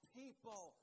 people